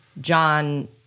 John